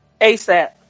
ASAP